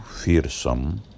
fearsome